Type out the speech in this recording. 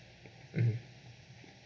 mmhmm